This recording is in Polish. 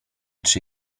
czy